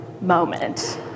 moment